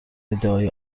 ادعای